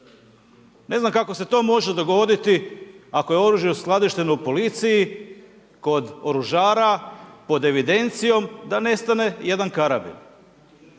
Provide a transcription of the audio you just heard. Ne znam kako se to može dogoditi ako je oružje uskladišteno u Policiji kod oružara pod evidencijom da nestane jedan karabin?